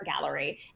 gallery